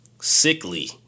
sickly